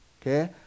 Okay